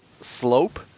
slope